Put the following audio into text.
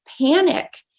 panic